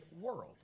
world